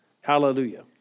Hallelujah